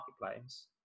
marketplace